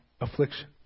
affliction